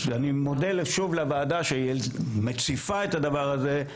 אז אני מודה שוב לוועדה שהיא מציפה את הדבר הזה.